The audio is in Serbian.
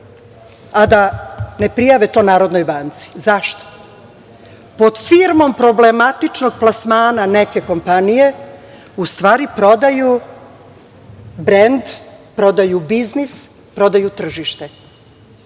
a da ne prijave to Narodnoj banci. Zašto? Pod firmom problematičnog plasmana neke kompanije u stvari prodaju brend, prodaju biznis, prodaju tržište.